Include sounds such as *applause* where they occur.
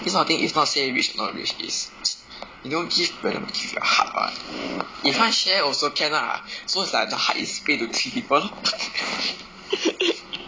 this kind of thing is not say rich or not rich is *noise* you know give present give your heart [what] if want to share also can lah so is like hard to pay with three people *laughs*